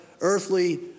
earthly